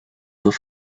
dos